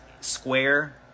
square